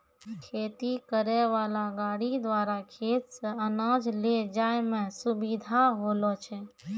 खेती करै वाला गाड़ी द्वारा खेत से अनाज ले जाय मे सुबिधा होलो छै